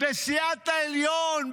נשיאת העליון,